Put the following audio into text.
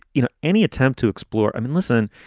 you know, any attempt to explore. i mean, listen,